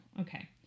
Okay